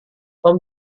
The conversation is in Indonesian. tom